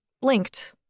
blinked